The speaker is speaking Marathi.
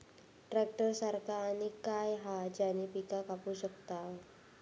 ट्रॅक्टर सारखा आणि काय हा ज्याने पीका कापू शकताव?